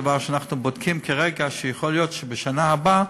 אנחנו בודקים כרגע ויכול להיות שבשנה הבאה,